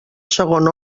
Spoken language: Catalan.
segon